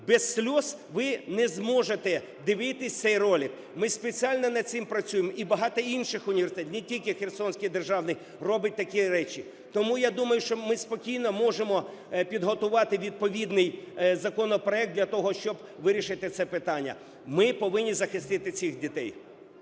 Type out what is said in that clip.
без сліз ви не зможете дивитися цей ролик. Ми спеціально над цим працюємо, і багато інших університетів, не тільки Херсонський державний робить такі речі. Тому я думаю, що ми спокійно можемо підготувати відповідний законопроект для того, щоб вирішити це питання. Ми повинні захистити цих дітей.